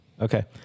Okay